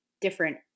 different